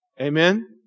Amen